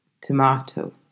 tomato